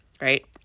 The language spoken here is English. right